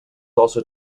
also